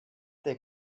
they